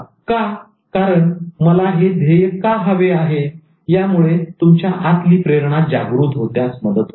का कारण मला हे ध्येय का हवे आहे यामुळे तुमच्या आतली प्रेरणा जागृतस्पष्ट होण्यास मदत होईल